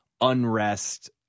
unrest